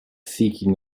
seeking